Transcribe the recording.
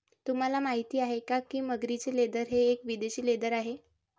तुम्हाला माहिती आहे का की मगरीचे लेदर हे एक विदेशी लेदर आहे